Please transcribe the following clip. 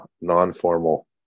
non-formal